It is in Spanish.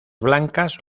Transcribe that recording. blancas